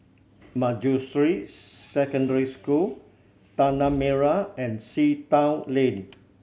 Manjusri Secondary School Tanah Merah and Sea Town Lane